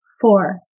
four